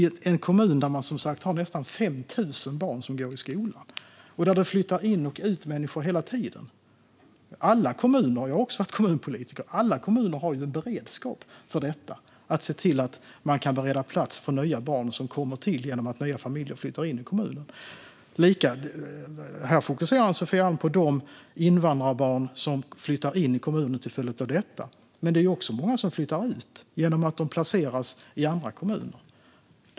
Det är som sagt en kommun där nästan 5 000 barn går i skolan och där det flyttar in och ut människor hela tiden. Jag har också varit kommunpolitiker, och alla kommuner har ju en beredskap för att kunna bereda plats för nya barn som kommer till genom att nya familjer flyttar in i kommunen. Här fokuserar Ann-Sofie Alm på de invandrarbarn som flyttar in i kommunen till följd av detta, men det är också många som flyttar ut genom att de placeras i andra kommuner.